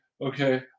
okay